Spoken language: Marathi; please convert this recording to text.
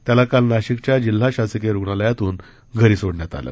त्याला काल नाशिकच्या जिल्हा शासकिय रूग्णालयातून घरी सोडण्यात आलं